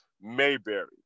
Mayberry